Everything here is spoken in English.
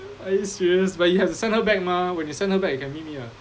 are you serious but you have to send her back mah when you send her back you can meet me [what]